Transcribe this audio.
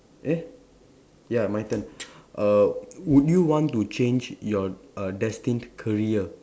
eh ya my turn err would you want to change your err destined career